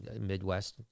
Midwest